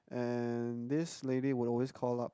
and this lady would always call up